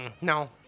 no